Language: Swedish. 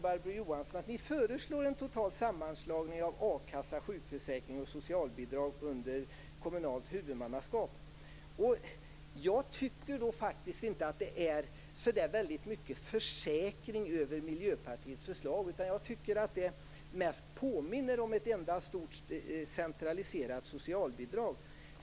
Miljöpartiet föreslår en total sammanslagning av a-kassa, sjukförsäkring och socialbidrag under kommunalt huvudmannaskap. Jag tycker inte att det är så mycket försäkring över Miljöpartiets förslag. Det påminner mest om ett enda stort, centraliserat socialbidrag.